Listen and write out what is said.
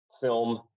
film